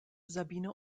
sabine